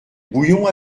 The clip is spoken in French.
bouillon